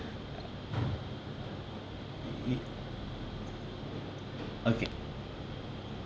it okay